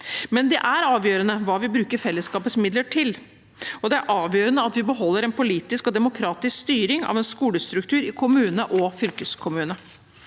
men det er avgjørende hva vi bruker fellesskapets midler til, og det er avgjørende at vi beholder en politisk og demokratisk styring av skolestrukturen i kommune og fylkeskommune.